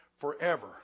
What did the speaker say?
forever